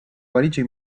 valigia